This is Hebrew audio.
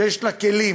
שיש לה כלים,